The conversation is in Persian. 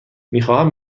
میخواهم